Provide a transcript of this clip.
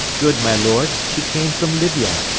good, my lord, she came from libya.